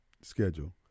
schedule